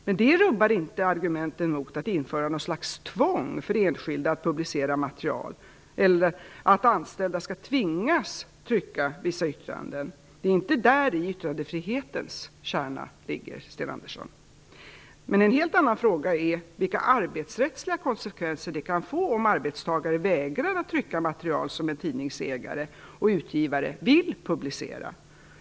Men det rubbar inte argumenten mot att införa något slags tvång för enskilda att publicera material eller att anställda skall tvingas trycka vissa yttranden. Det är inte däri yttrandefrihetens kärna ligger, Sten Andersson. En helt annan fråga är vilka arbetsrättsliga konsekvenser det kan få om arbetstagare vägrar att trycka material som en tidningsägare och utgivare vill publicera.